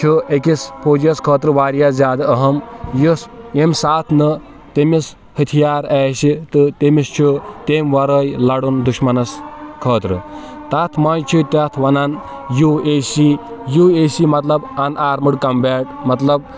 چھُ أکِس فوجیٖیَس خٲطرٕ واریاہ زیادٕ أہم یُس ییٚمہِ ساتہٕ نہٕ تٔمِس ہٕتھیار آسہِ تہٕ تٔمِس چھُ تَمۍ وَرٲے لَڑُن دُشمَنَس خٲطرٕ تَتھ منٛز چھِ تَتھ وَنَان U A C U A C مَطلَب اَن آرمٕڑ کَمبیک مطلب